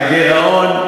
הגירעון,